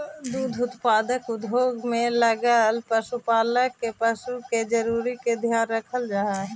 दुग्ध उत्पादन उद्योग में लगल पशुपालक के पशु के जरूरी के ध्यान रखल जा हई